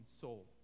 soul